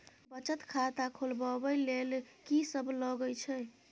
बचत खाता खोलवैबे ले ल की सब लगे छै?